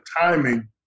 timing